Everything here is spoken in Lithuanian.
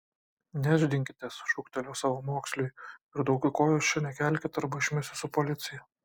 nešdinkitės šūktelėjo savamoksliui ir daugiau kojos čia nekelkit arba išmesiu su policija